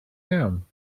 iawn